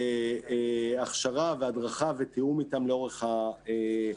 הכשרה והדרכה ותיאום איתם לאורך הזמן.